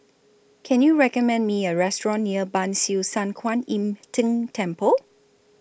Can YOU recommend Me A Restaurant near Ban Siew San Kuan Im Tng Temple